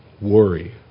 worry